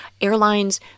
airlines